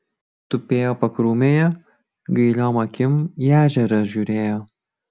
tupėjo pakrūmėje gailiom akim į ežerą žiūrėjo